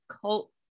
cult